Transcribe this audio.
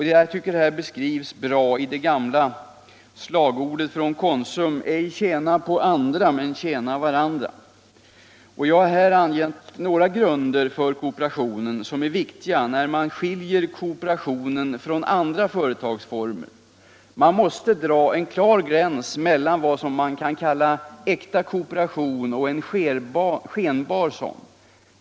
Detta beskrivs bra i det gamla slagordet från Konsum: ”Ej tjäna på andra — men tjäna varandra.” Jag har här angett några grunder för kooperationen som är viktiga när man skiljer kooperationen från andra företagsformer. Man måste dra en klar gräns mellan vad man kan kalla äkta kooperation och skenbar.